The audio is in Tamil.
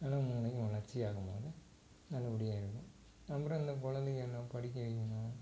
நல்லா மூளையும் வளர்ச்சியாகமாவும் நல்லபடியாக இருக்கும் அப்புறம் இந்தக் கொழந்தய என்ன படிக்க வைக்கணும்